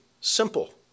Simple